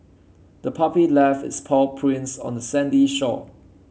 the puppy left its paw prints on the sandy shore